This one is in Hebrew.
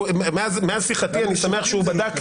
מאז שיחתי אני שמח שהוא בדק,